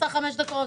נסעה חמש דקות.